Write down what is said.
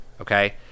Okay